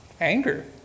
anger